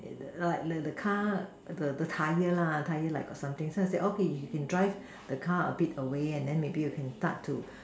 the the car the Tyre lah the Tyre like something okay the car you can drive the car a bit away and then maybe you can start to